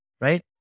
right